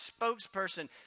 spokesperson